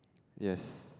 yes